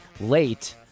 late